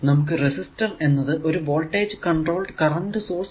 നമുക്ക് റെസിസ്റ്റർ എന്നത് ഒരു വോൾടേജ് കൺട്രോൾഡ് കറന്റ് സോഴ്സ്